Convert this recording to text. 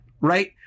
right